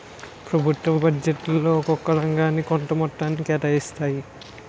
ప్రభుత్వాలు బడ్జెట్లో ఒక్కొక్క రంగానికి కొంత మొత్తాన్ని కేటాయిస్తాయి